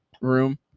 room